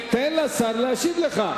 תן לשר להשיב לך.